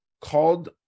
called